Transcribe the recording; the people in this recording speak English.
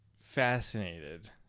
fascinated